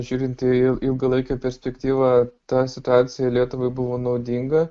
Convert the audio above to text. žiūrint į ilgalaikę perspektyvą ta situacija lietuvai buvo naudinga